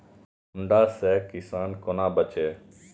सुंडा से किसान कोना बचे?